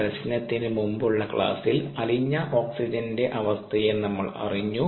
പ്രശ്നത്തിന് മുമ്പുള്ള ക്ലാസ്സിൽ അലിഞ്ഞ ഓക്സിജന്റെ അവസ്ഥയെ നമ്മൾ അറിഞ്ഞു